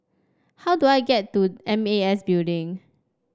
how do I get to M A S Building